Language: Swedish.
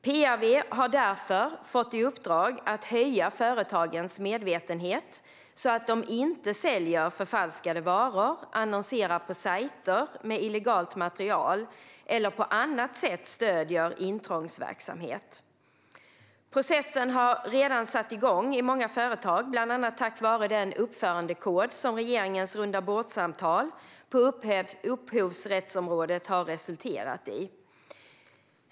PRV har därför fått i uppdrag att höja företagens medvetenhet så att de inte säljer förfalskade varor, annonserar på sajter med illegalt material eller på annat sätt stöder intrångsverksamhet. Processen har redan satt igång på många företag, bland annat tack vare den uppförandekod som regeringens rundabordssamtal på upphovsrättsområdet har resulterat i.